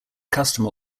customer